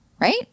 right